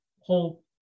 whole